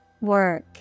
Work